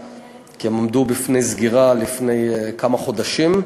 כי הם עמדו בפני סגירה לפני כמה חודשים,